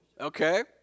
Okay